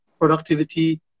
productivity